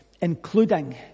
including